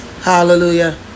Hallelujah